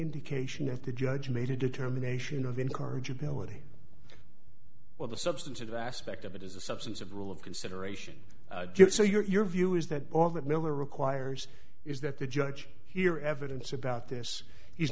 indication that the judge made a determination of incorrigibility of the substance of aspect of it is the substance of the rule of consideration so your view is that all that miller requires is that the judge hear evidence about this he's